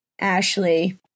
Ashley